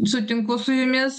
sutinku su jumis